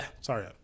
Sorry